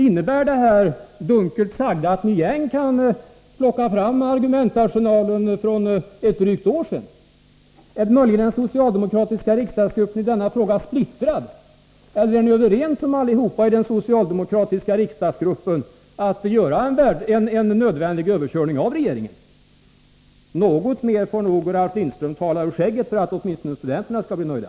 Innebär det här dunkelt sagda att ni än kan plocka fram argumentarsenalen från förra gången för drygt ett år sedan? Är den socialdemokratiska riksdagsgruppen möjligen splittrad i denna fråga? Eller är ni i den socialdemokratiska riksdagsgruppen överens om att göra en nödvändig överkörning av regeringen? Något mer får nog Ralf Lindström tala ur skägget för att studenterna skall bli nöjda.